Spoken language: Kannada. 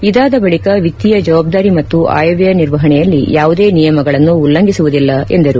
ಇದಾದ ಬಳಿಕ ವಿತ್ತೀಯ ಜವಾಬ್ದಾರಿ ಮತ್ತು ಆಯವ್ಯಯ ನಿರ್ವಹಣೆಯಲ್ಲಿ ಯಾವುದೇ ನಿಯಮಗಳನ್ನು ಉಲ್ಲಂಘಿಸುವುದಿಲ್ಲ ಎಂದರು